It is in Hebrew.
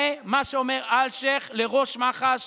זה מה שאומר אלשיך לראש מח"ש